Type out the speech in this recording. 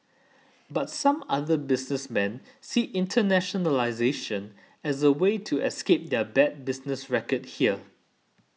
but some other businessmen see internationalisation as a way to escape their bad business record here